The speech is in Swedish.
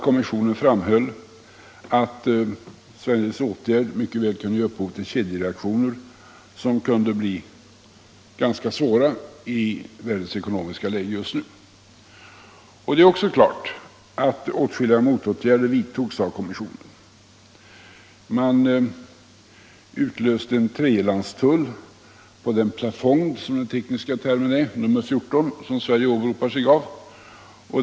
Kommissionen framhöll att Sveriges åtgärd mycket väl kunde ge upphov till kedjereaktioner som kunde bli ganska svåra i världens ekonomiska läge just nu. Det är också klart att åtskilliga motåtgärder vidtogs av kommissionen. En tredjelandstull utlöstes på plafond nr 14, som den tekniska termen lyder och som Sverige åberopar sig på.